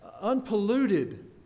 unpolluted